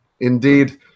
Indeed